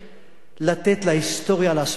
לתת להיסטוריה לעשות את שלה.